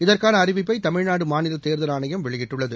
இதற்கான அறிவிப்பை தமிழ்நாடு மாநில தேர்தல் ஆணையம் வெளியிட்டுள்ளது